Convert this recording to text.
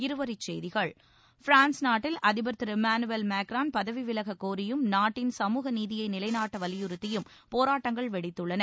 இருவரிச்செய்திகள் பிரான்ஸ் நாட்டில் அதிபர் திரு இமானுவேல் மேக்ரான் பதவி விலகக் கோரியும் நாட்டின் சமூக நீதியை நிலைநாட்ட வலியுறுத்தியும் போராட்டங்கள் வெடித்துள்ளன